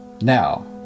now